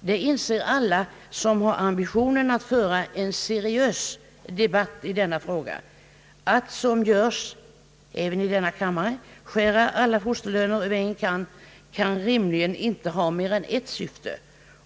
Det inser alla som har ambitionen att föra en seriös debatt i denna fråga. Att som görs — även i denna kammare — skära alla fosterlöner över en kam, kan rimligen inte ha mer än ett syfte.